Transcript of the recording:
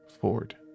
ford